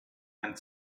and